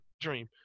dream